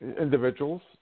individuals